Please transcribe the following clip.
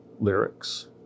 lyrics